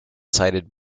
cited